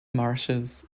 marshes